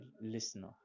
listener